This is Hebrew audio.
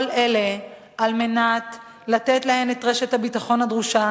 כל אלה על מנת לתת להן את רשת הביטחון הדרושה